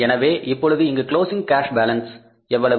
எனவே இப்பொழுது இங்கு க்ளோஸிங் கேஷ் பாலன்ஸ் எவ்வளவு